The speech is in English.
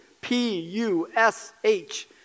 P-U-S-H